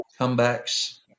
comebacks